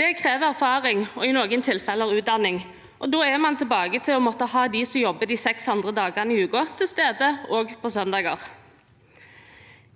Det krever erfaring og i noen tilfeller utdanning, og da er man tilbake til å måtte ha dem som jobber de seks andre dagene i uken, til stede også på søndager.